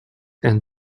and